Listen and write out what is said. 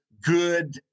good